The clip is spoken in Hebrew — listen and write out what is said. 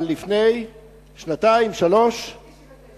על לפני שנתיים, שלוש שנים?